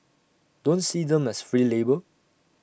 don't see them as free labour